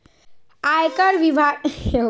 आयकर विभाग भारत सरकार के अधीन एक डिपार्टमेंट हय